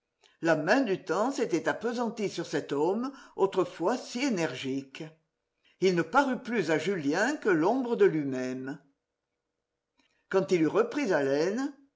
la main du temps s'était appesantie sur cet homme autrefois si énergique il ne parut plus à julien que l'ombre de lui-même quand il eut repris haleine